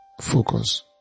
focus